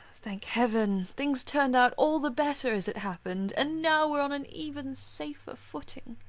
thank heaven, things turned out all the better, as it happened, and now we're on an even safer footing.